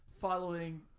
following